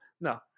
no